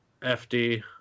FD